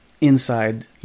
inside